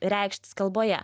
reikštis kalboje